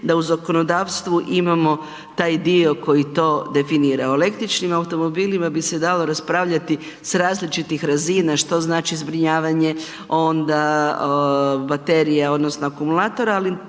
da u zakonodavstvu imamo taj dio koji to definira. O električnim automobilima bi se dalo raspravljati s različitih razina, što znači zbrinjavanje, onda baterija, odnosno akumulatora, ali